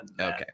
Okay